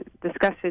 discussed